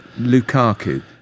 Lukaku